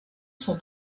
son